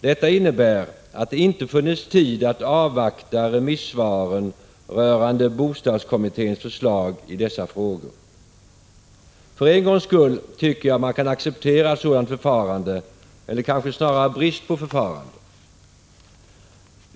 Detta innebär att det inte funnits tid att avvakta remissvaren rörande bostadskommitténs förslag i dessa frågor. För en gångs skull tycker jag att man kan acceptera ett sådant förfarande eller kanske snarare brist på förfarande.